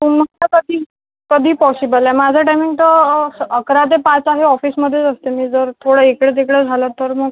हो मग तर कधी कधी पॉसिबल आहे माझा टायमिंग तर अकरा ते पाच आहे ऑफिसमध्येच असते मी जर थोडं इकडे तिकडे झालं तर मग